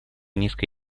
низко